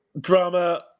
drama